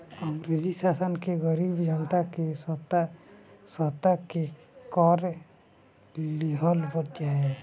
अंग्रेजी शासन में गरीब जनता के सता सता के कर लिहल जाए